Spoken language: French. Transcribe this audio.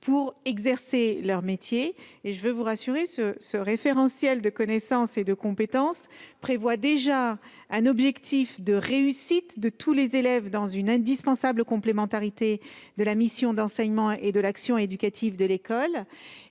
pour exercer leur métier. Je veux vous rassurer, madame la sénatrice : ce référentiel de connaissances et de compétences prévoit déjà un objectif de réussite de tous les élèves dans une indispensable complémentarité de la mission d'enseignement et de l'action éducative de l'école.